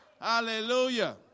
hallelujah